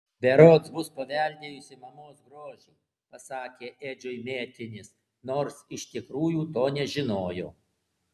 berods bus paveldėjusi mamos grožį pasakė edžiui mėtinis nors iš tikrųjų to nežinojo